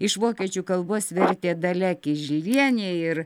iš vokiečių kalbos vertė dalia kiželienė ir